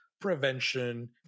prevention